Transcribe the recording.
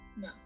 No